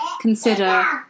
consider